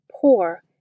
poor